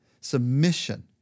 Submission